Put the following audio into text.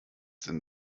denn